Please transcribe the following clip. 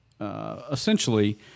essentially